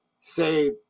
say